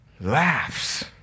laughs